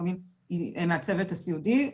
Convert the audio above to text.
לפעמים היא מהצוות הסיעודי.